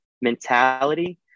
mentality